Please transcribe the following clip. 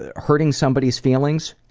ah hurting somebody's feelings,